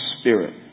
spirit